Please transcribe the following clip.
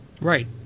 Right